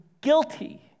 guilty